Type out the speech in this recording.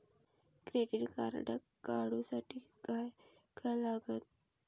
Credit card काढूसाठी काय काय लागत?